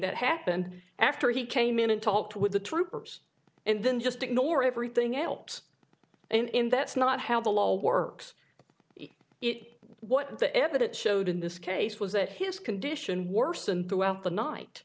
that happened after he came in and talked with the troopers and then just ignore everything else and that's not how the law works it what the evidence showed in this case was that his condition worsened throughout the night